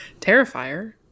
Terrifier